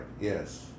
yes